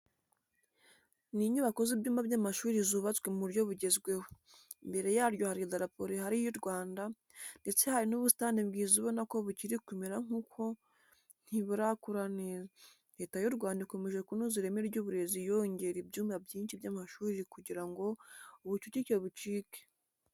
Ni inyubako z'ibyumba by'amashuri zubatswe mu buryo bugezweho. Imbere yaryo hari idarapo rihari ry'u Rwanda, ndetse hari n'ubusitani bwiza ubona ko bukiri kumera kuko ntiburakura neza. Leta y' u Rwanda ikomeje kunoza ireme ry'uburezi yongera ibyumba byinshi by'amashuri kugira ngo ubucucike bucike.